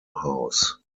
house